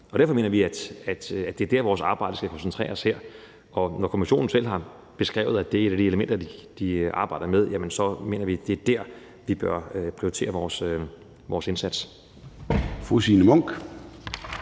Derfor mener vi, at det er der, vores arbejde skal koncentreres. Og når Kommissionen selv har beskrevet, at det er et af de elementer, de arbejder med, så mener vi, at det er dér, vi bør prioritere vores indsats.